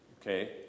Okay